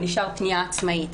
מדוע לא?